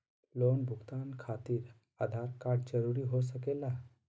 Loan भुगतान खातिर Aadhaar card जरूरी हो सके ला?